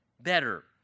better